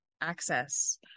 access